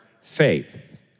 faith